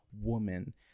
woman